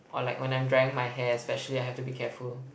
or like when I'm drying my hair especially I have to be careful